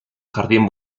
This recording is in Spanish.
jardín